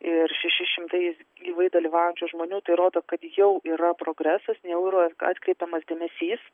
ir šeši šimtais gyvai dalyvaujančių žmonių tai rodo kad jau yra progresas jau yra atkreipiamas dėmesys